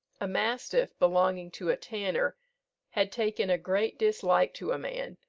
a mastiff belonging to a tanner had taken a great dislike to a man,